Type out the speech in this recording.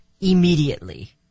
immediately